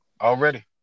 Already